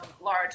large